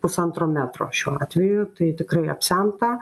pusantro metro šiuo atveju tai tikrai apsemta